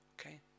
Okay